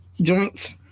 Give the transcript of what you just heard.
joints